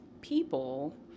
people